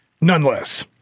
Nonetheless